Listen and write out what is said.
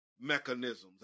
Mechanisms